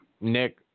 Nick